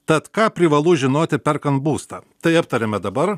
tad ką privalu žinoti perkant būstą tai aptariame dabar